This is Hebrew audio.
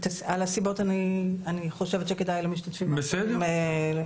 על הסיבות אני חושבת שכדאי למשתתפים האחרים לדבר.